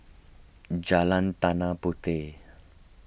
Jalan Tanah Puteh